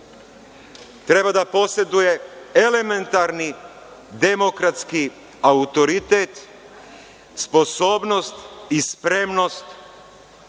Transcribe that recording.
treba da poseduje elementarni demokratski autoritet, sposobnost i spremnost